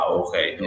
okay